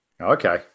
Okay